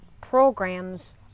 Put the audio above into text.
programs